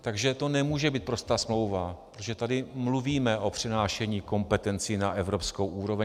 Takže to nemůže být prostá smlouva, protože tady mluvíme o přenášení kompetencí na evropskou úroveň.